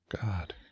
God